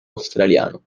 australiano